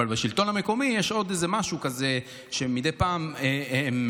בשלטון המקומי יש עוד איזה משהו כזה שמדי פעם מבצבץ,